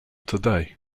today